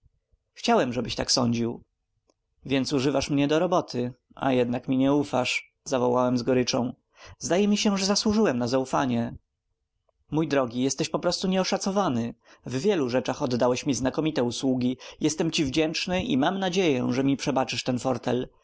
chciałem żebyś tak sądził więc używasz mnie do roboty a jednak mi nie ufasz zawołałem z goryczą zdaje mi się że zasłużyłem na zaufanie mój drogi jesteś poprostu nieoszacowany w wielu razach oddałeś mi znakomite usługi jestem ci wdzięczny i mam nadzieję że mi przebaczysz ten fortel